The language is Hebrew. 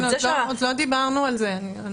עוד לא דיברנו על זה.